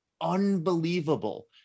unbelievable